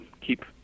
keep